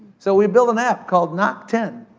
so we built an app called knock ten.